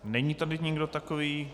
Není tady nikdo takový.